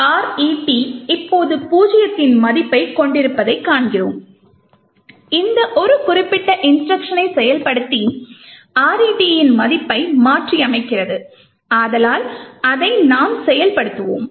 எனவே RET இப்போது பூஜ்ஜியத்தின் மதிப்பைக் கொண்டிருப்பதைக் காண்கிறோம் இந்த ஒரு குறிப்பிட்ட இன்ஸ்ட்ருக்ஷனை செயல்படுத்தி RET இன் மதிப்பை மாற்றியமைக்கிறது ஆதலால் அதை நாம் செயல்படுத்துவோம்